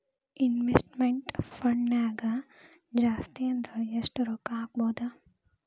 Investment ಫಂಡ್ನ್ಯಾಗ ಜಾಸ್ತಿ ಅಂದ್ರ ಯೆಷ್ಟ್ ರೊಕ್ಕಾ ಹಾಕ್ಬೋದ್?